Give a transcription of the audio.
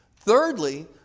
Thirdly